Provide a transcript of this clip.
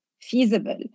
feasible